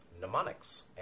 mnemonics